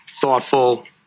thoughtful